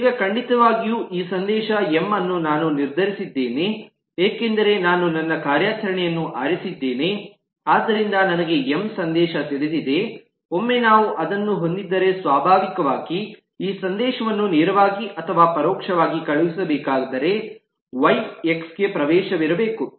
ಈಗ ಖಂಡಿತವಾಗಿಯೂ ಈ ಸಂದೇಶ ಎಂ ಅನ್ನು ನಾನು ನಿರ್ಧರಿಸಿದ್ದೇನೆ ಏಕೆಂದರೆ ನಾನು ನನ್ನ ಕಾರ್ಯಾಚರಣೆಯನ್ನು ಆರಿಸಿದ್ದೇನೆ ಆದ್ದರಿಂದ ನನಗೆ ಎಂ ಸಂದೇಶ ತಿಳಿದಿದೆ ಒಮ್ಮೆ ನಾವು ಅದನ್ನು ಹೊಂದಿದ್ದರೆ ಸ್ವಾಭಾವಿಕವಾಗಿ ಈ ಸಂದೇಶವನ್ನು ನೇರವಾಗಿ ಅಥವಾ ಪರೋಕ್ಷವಾಗಿ ಕಳುಹಿಸಬೇಕಾದರೆ ವೈ ಗೆ ಎಕ್ಸ್ ಗೆ ಪ್ರವೇಶವಿರಬೇಕು